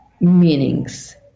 meanings